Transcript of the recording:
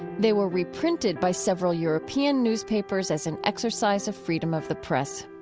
they were reprinted by several european newspapers as an exercise of freedom of the press.